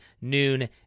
noon